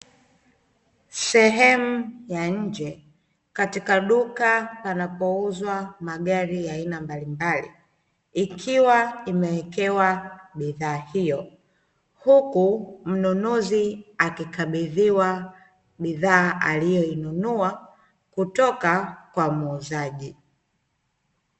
Sehemu ya nje katika duka panapouzwa magari ya aina mbalimbali, ikiwa imewekewa bidhaa hiyo, huku mnunuzi akikabidhiwa bidhaa aliyoinunua kutoka kwa muuzaji.